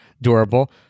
durable